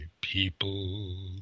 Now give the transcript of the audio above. people